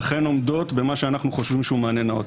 אכן עומדות במה שאנחנו חושבים שהוא מענה נאות,